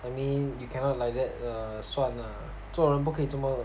I mean you cannot like that err 算呐做人不可以这么